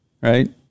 right